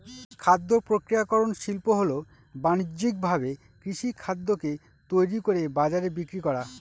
খাদ্য প্রক্রিয়াকরন শিল্প হল বানিজ্যিকভাবে কৃষিখাদ্যকে তৈরি করে বাজারে বিক্রি করা